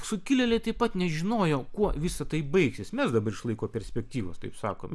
sukilėliai taip pat nežinojo kuo visa tai baigsis mes dabar iš laiko perspektyvos taip sakom nu